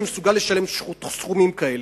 שמסוגל לשלם סכומים כאלה.